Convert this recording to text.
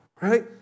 Right